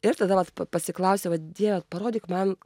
ir tada vat pa pasiklausiau va dieve parodyk man